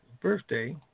birthday